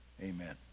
Amen